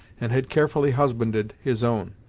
and had carefully husbanded his own.